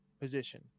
position